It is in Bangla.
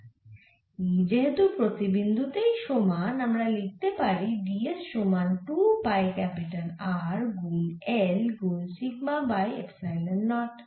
E যেহেতু প্রতি বিন্দু তেই সমান আমরা লিখতে পারি d s সমান 2 পাই ক্যাপিটাল R গুন Lগুন সিগমা বাই এপসাইলন নট